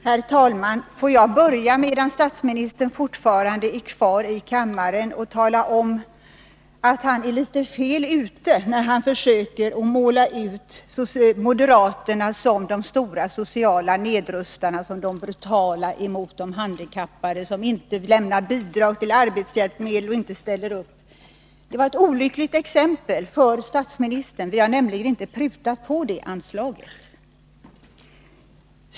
Herr talman! Får jag, medan statsministern fortfarande är kvar i kammaren, börja med att tala om att han är litet ”fel ute” när han försöker måla ut moderaterna som de stora sociala nedrustarna, som är brutala mot de handikappade och som inte lämnar bidrag till arbetshjälpmedel och inte ställer upp. Det var ett olyckligt exempel statsministern tog. Vi har nämligen inte prutat på det anslaget.